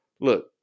Look